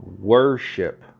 worship